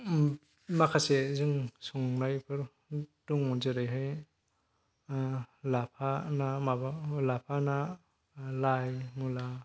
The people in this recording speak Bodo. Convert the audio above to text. माखासे जों संनायफोर दंमोन जेरैहाय लाफा ना लाइ मुला